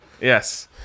yes